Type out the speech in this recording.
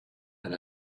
and